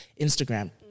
Instagram